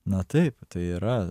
na taip tai yra